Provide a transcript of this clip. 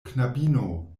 knabino